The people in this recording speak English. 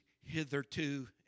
hitherto